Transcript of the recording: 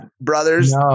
brothers